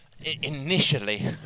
Initially